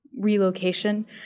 relocation